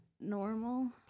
Normal